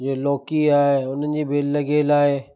जे लौकी आहे उन्हनि जी भेल लॻियलु आहे